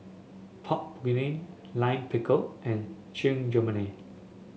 Pork Bulgogi Lime Pickle and Chigenabe